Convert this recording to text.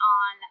on